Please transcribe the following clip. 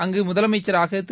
அங்கு முதலமைச்சராக திரு